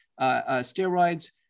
steroids